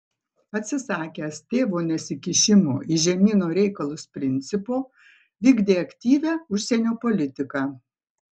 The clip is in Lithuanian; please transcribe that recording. atsisakęs tėvo nesikišimo į žemyno reikalus principo vykdė aktyvią užsienio politiką